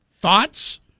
thoughts